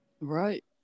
Right